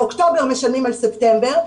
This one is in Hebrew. באוקטובר משלמים על ספטמבר,